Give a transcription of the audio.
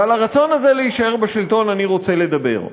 ועל הרצון הזה להישאר בשלטון אני רוצה לדבר.